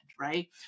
right